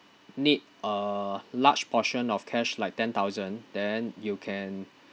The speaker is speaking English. need a large portion of cash like ten thousand then you can